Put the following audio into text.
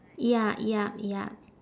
ya ya ya